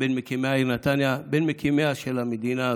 "בין מקימי העיר נתניה"; בין מקימיה של המדינה הזו.